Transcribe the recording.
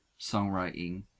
songwriting